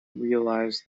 realize